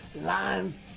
lines